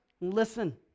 listen